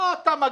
אתה מגיע,